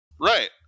Right